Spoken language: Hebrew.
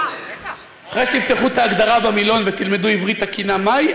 אחרי שתפתחו את ההגדרה במילון ותלמדו עברית תקינה מהי,